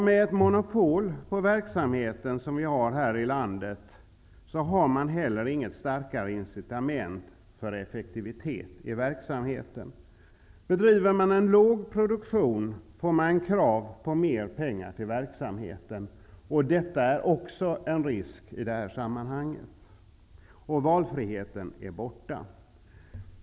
Med ett monopol på verksamheten, som vi har här i landet, har man heller inget starkare incitament för effektivitet i verksamheten. Om man bedriver en låg produktion, får man krav på mer pengar till verksamheten. Detta är också en risk i det här sammanhanget. Valfriheten är borta.